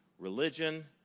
religion,